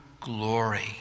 glory